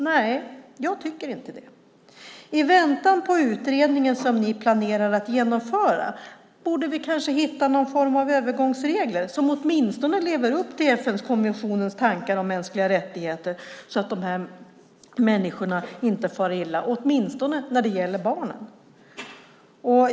Nej, jag tycker inte det. I väntan på den utredning som ni planerar att genomföra borde vi kanske hitta någon form av övergångsregler som lever upp till FN:s konvention och tankar om mänskliga rättigheter så att dessa människor inte far illa, åtminstone när det gäller barnen.